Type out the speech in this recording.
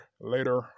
later